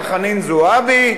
על חנין זועבי,